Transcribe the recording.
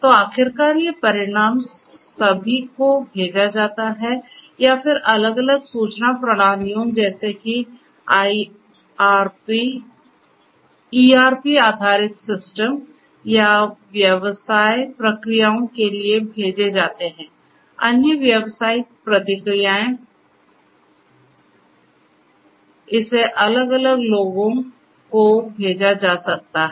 तो आखिरकार ये परिणाम सभी को भेजा जाता है या फिर अलग अलग सूचना प्रणालियों जैसे कि ईआरपी आधारित सिस्टम या व्यवसाय प्रक्रियाओं के लिए भेजे जाते हैं अन्य व्यावसायिक प्रक्रियाएं पता इसे अलग अलग लोगों को भेजा जा सकता हैं